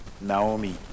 Naomi